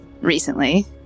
recently